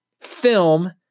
film